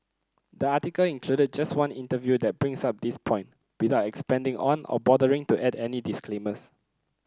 the article included just one interview that brings up this point without expanding on or bothering to add any disclaimers